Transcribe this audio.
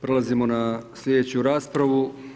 Prelazimo na slijedeću raspravu.